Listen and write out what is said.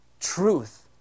Truth